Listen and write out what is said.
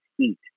eat